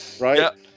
right